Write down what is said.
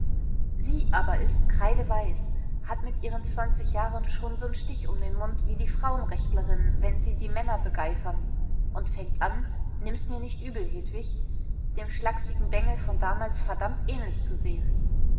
sie aber ist kreideweiß hat mit ihren zwanzig jahren schon so'n stich um den mund wie die frauenrechtlerinnen wenn sie die männer begeifern und fängt an nimm's mir nicht übel hedwig dem schlaksigen bengel von damals verdammt ähnlich zu sehen